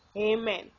Amen